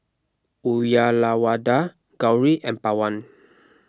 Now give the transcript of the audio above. Uyyalawada Gauri and Pawan